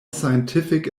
scientific